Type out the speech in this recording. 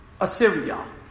Assyria